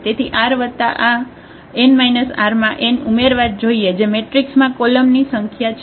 તેથી r વત્તા આ n r માં n ઉમેરવા જ જોઈએ જે મેટ્રિક્સમાં કોલમની સંખ્યા છે